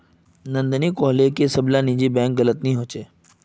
नंदिनी कोहले की सब ला निजी बैंक गलत नि होछे